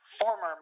former